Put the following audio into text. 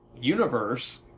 universe